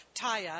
Taya